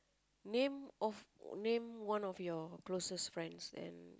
name of name one of your closest friends and